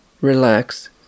relax